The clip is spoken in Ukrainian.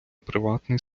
приватний